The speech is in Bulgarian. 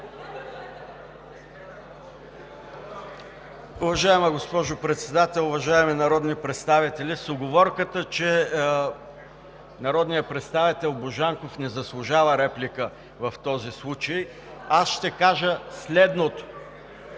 Уважаема госпожо Председател, уважаеми народни представители! С уговорката, че народният представител не заслужава реплика в този случай, аз ще кажа следното.